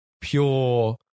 pure